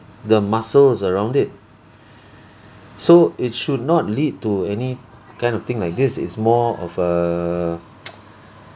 the muscles around it so it should not lead to any kind of thing like this it's more of a